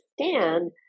understand